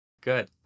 good